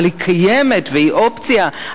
אבל היא קיימת והיא אופציה,